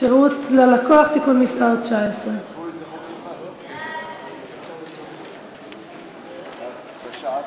(שירות ללקוח) (תיקון מס' 19). הצעת